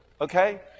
Okay